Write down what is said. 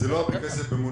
זה לא הרבה כסף.